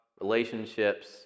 relationships